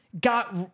got